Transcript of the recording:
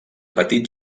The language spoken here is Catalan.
petit